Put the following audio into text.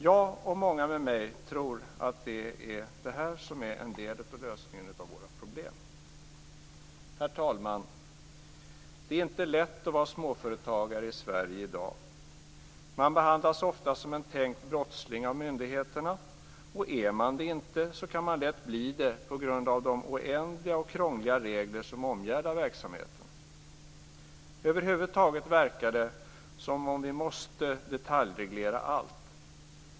Jag och många med mig tror att detta är en del av lösningen på våra problem. Herr talman! Det är inte lätt att vara småföretagare i Sverige i dag. Man behandlas ofta som en tänkbar brottsling av myndigheterna. Och är man ingen brottsling kan man lätt bli det på grund av de oändliga och krångliga regler som omgärdar verksamheten. Över huvud taget verkar det som om vi måste detaljreglera allt.